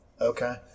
Okay